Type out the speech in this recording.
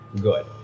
good